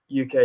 UK